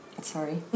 Sorry